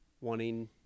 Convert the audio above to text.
wanting